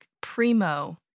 primo